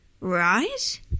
Right